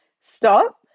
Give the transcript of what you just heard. stop